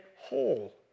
Whole